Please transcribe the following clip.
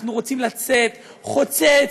אנחנו רוצים לצאת חוצץ,